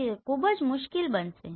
તેથી તે ખૂબ જ મુશ્કેલ બનશે